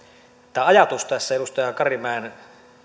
tämä ajatus tässä edustaja karimäen